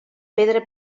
pedra